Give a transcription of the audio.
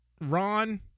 Ron